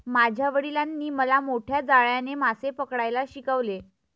माझ्या वडिलांनी मला मोठ्या जाळ्याने मासे पकडायला शिकवले